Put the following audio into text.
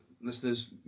listeners